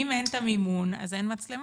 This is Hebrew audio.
אם אין את המימון אז אין מצלמות.